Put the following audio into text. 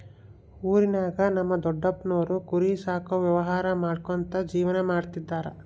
ಊರಿನಾಗ ನಮ್ ದೊಡಪ್ಪನೋರು ಕುರಿ ಸಾಕೋ ವ್ಯವಹಾರ ಮಾಡ್ಕ್ಯಂತ ಜೀವನ ಮಾಡ್ತದರ